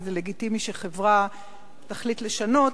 כי זה לגיטימי שחברה תחליט לשנות,